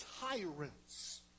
tyrants